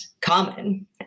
common